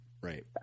Right